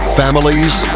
families